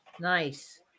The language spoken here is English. nice